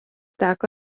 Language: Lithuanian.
teko